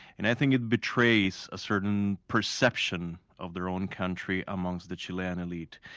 and i think it betrays a certain perception of their own country, amongst the chilean elite.